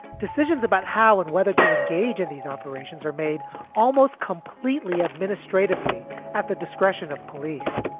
decisions about how and whether to engage in these operations are made almost completely administratively at the discretion of police,